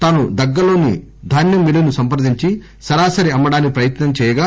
తాను దగ్గరలోని దాన్యం మిల్లును సంప్రదించి సరాసరి అమ్మడానికి ప్రయత్సం చేయగా